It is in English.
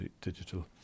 digital